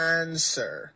answer